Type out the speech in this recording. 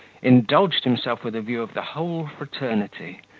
indulged himself with a view of the whole fraternity.